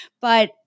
but-